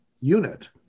unit